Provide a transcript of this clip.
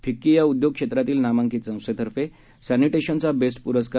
फिक्कीयाउद्योगक्षेत्रातीलनामांकितसंस्थेतर्फेसॅनिटेशनचाबेस्टपुरस्कार